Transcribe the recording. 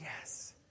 Yes